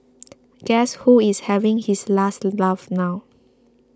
guess who is having his last laugh now